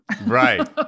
Right